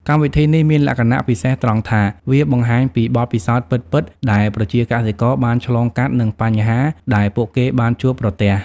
កម្មវិធីនេះមានលក្ខណៈពិសេសត្រង់ថា វាបង្ហាញពីបទពិសោធន៍ពិតៗដែលប្រជាកសិករបានឆ្លងកាត់ និងបញ្ហាដែលពួកគេបានជួបប្រទះ។